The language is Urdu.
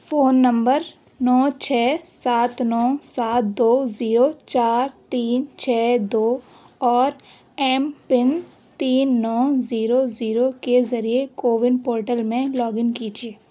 فون نمبر نو چھ سات نو سات دو زیرو چار تین چھ دو اور ایم پن تین نو زیرو زیرو کے ذریعے کوون پورٹل میں لاگ ان کیجیے